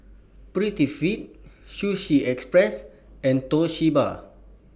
Prettyfit Sushi Express and Toshiba